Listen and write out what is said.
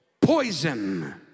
poison